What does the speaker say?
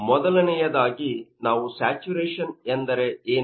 ಮೊದಲನೆಯದಾಗಿ ನಾವು ಸ್ಯಾಚುರೇಶನ್ ಎಂದರೇನು